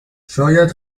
شاید